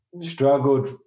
struggled